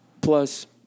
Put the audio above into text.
plus